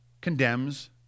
condemns